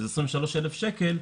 שזה 23,000 שקל,